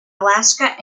alaska